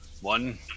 One